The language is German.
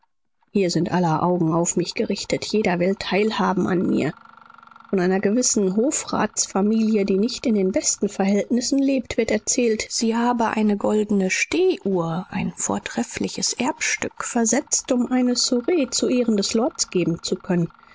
hier sind aller augen auf mich gerichtet jeder will teilhaben an mir von einer gewissen hofratsfamilie die nicht in den besten verhältnissen lebt wird erzählt sie habe eine goldene stehuhr ein vortreffliches erbstück versetzt um eine soiree zu ehren des lords geben zu können